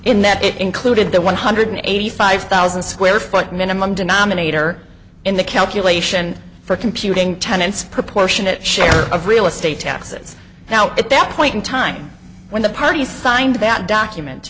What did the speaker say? in that it included the one hundred eighty five thousand square foot minimum denominator in the calculation for computing tenants proportionate share of real estate taxes now at that point in time when the parties signed that document